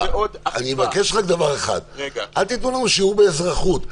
אני מבקש רק דבר אחד, אל תיתנו לנו שיעור באזרחות.